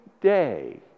day